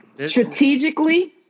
Strategically